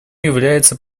является